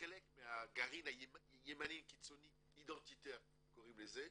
וחלק מהגרעין הימני קיצוני --- קוראים לזה,